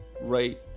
right